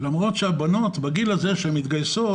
למרות שהבנות בגיל הזה שהן מתגייסות